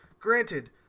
granted